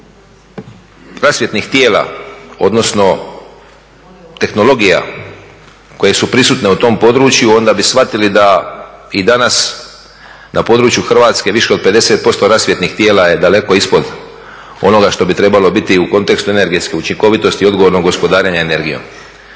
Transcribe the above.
rasvjetnih tijela odnosno tehnologija koje su prisutne u tom području onda bi shvatili da i danas na području Hrvatske više od 50% rasvjetnih tijela je daleko ispod onoga što bi trebalo biti i u kontekstu energetske učinkovitosti i odgovornog gospodarenja energijom.